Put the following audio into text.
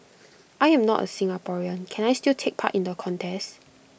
I am not A Singaporean can I still take part in the contest